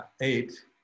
eight